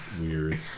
Weird